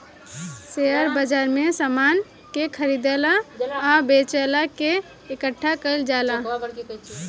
share बाजार में समान के खरीदल आ बेचल के इकठ्ठा कईल जाला